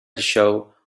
show